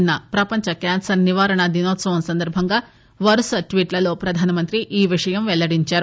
నిన్స ప్రపంచ కాన్సర్ నివారణ దినోత్సవం సందర్భంగా వరుస ట్వీట్ లలో ప్రధానమంత్రి ఈ విషయాన్ని పెల్లడించారు